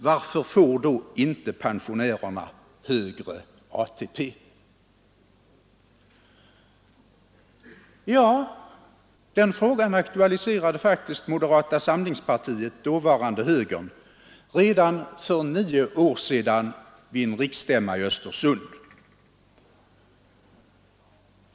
Varför får då inte pensionärerna högre ATP?” 41 Ja, den frågan aktualiserade faktiskt moderata samlingspartiet — dåvarande högern — redan för nio år sedan vid en riksstämma i Östersund.